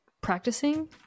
practicing